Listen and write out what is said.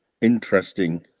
interesting